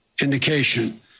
indication